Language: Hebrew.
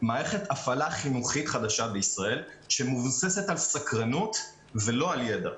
מערכת הפעלה חינוכית חדשה בישראל שמבוססת על סקרנות ולא על יידע.